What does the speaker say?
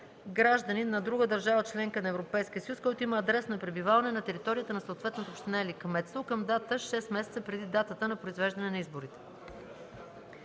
гражданин на друга държава – членка на Европейския съюз, който има адрес на пребиваване на територията на съответната община или кметство, към дата 6 месеца преди датата на произвеждане на изборите.